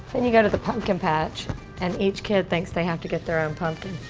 and you go to the pumpkin patch and each kid thinks they have to get their own pumpkin.